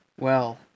Well